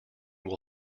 will